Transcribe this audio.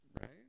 right